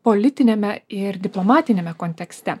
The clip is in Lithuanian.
politiniame ir diplomatiniame kontekste